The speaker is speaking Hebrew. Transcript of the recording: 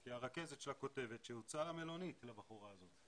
כי הרכזת שלה כותבת שהוצעה לבחורה הזאת מלונית.